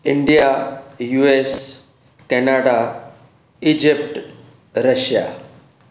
India US Canada Egypt Russia